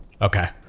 okay